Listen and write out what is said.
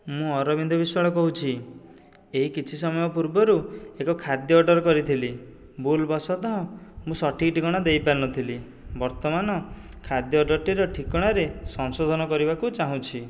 ମୁଁ ଅରବିନ୍ଦ ବିଶ୍ୱାଳ କହୁଛି ଏହି କିଛି ସମୟ ପୂର୍ବରୁ ଏକ ଖାଦ୍ୟ ଅର୍ଡ଼ର୍ କରିଥିଲି ଭୁଲ୍ ବସତଃ ମୁଁ ସଠିକ୍ ଠିକଣା ଦେଇପାରିନଥିଲି ବର୍ତ୍ତମାନ ଖାଦ୍ୟ ଅର୍ଡ଼ର୍ଟିର ଠିକଣାରେ ସଂଶୋଧନ କରିବାକୁ ଚାହୁଁଛି